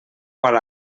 qual